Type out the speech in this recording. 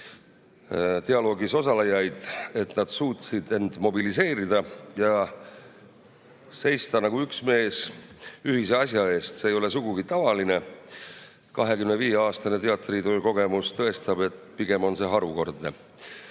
dialoogis osalejaid, et nad suutsid end mobiliseerida ja seista nagu üks mees ühise asja eest. See ei ole sugugi tavaline, minu 25‑aastane teatritöö kogemus tõestab, et pigem on see harukordne.